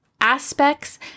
aspects